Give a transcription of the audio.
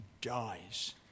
dies